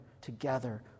together